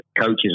coaches